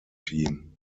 team